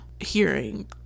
hearing